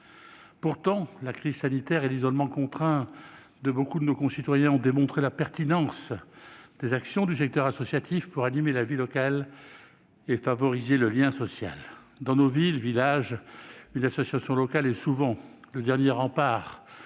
Pourtant, la crise sanitaire et l'isolement contraint de beaucoup de nos concitoyens ont démontré la pertinence des actions du secteur associatif pour animer la vie locale et favoriser le lien social. Dans nos villes et nos villages, une association locale est souvent le dernier rempart